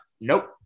nope